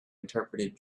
interpreted